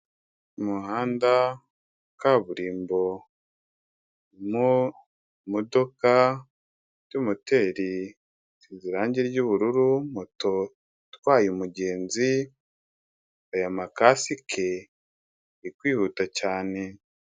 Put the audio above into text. Umuhanda, kaburimbo irimo imodoka ifite moteri isize irangi ry'ubururu, moto itwaye umugenzi, aya makasike, iri kwihuta cyane.